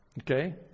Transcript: Okay